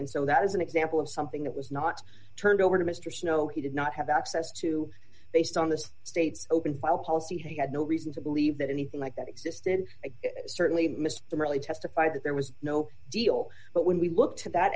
and so that is an example of something that was not turned over to mr snow he did not have access to based on the state's open file policy he had no reason to believe that anything like that existed certainly mr morley testified that there was no deal but when we look to that